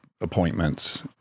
appointments